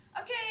Okay